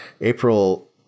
April